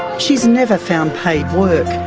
she has never found paid work,